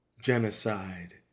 genocide